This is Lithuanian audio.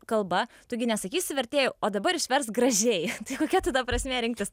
kalba tu gi nesakysi vertėjui o dabar išversk gražiai tai kokia tada prasmė rinktis